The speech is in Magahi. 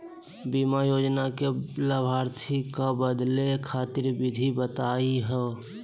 बीमा योजना के लाभार्थी क बदले खातिर विधि बताही हो?